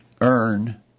earn